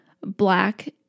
black